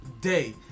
Day